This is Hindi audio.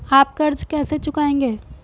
आप कर्ज कैसे चुकाएंगे?